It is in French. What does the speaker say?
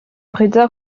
bréda